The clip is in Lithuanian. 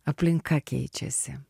aplinka keičiasi